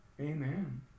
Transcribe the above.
amen